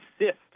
assist